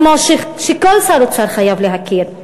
כמו שכל שר אוצר חייב להכיר,